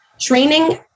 Training